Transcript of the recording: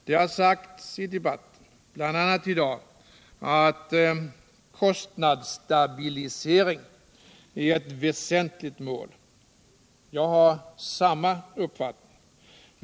Det har sagts i debatten, bl.a. i dag, att kostnadsstabilisering är ett väsentligt mål. Jag har samma uppfattning.